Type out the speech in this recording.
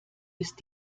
ist